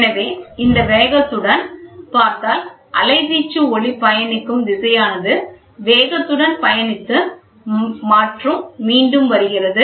எனவே இந்த வேகத்துடன் பார்த்தால் அலைவீச்சு ஒலி பயணிக்கும் திசையானது வேகத்துடன் பயணித்து மற்றும் மீண்டும் வருகிறது